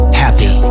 happy